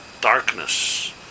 darkness